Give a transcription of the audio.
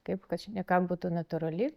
kaip kad šneka būtų natūrali